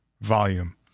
volume